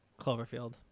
Cloverfield